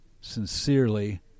sincerely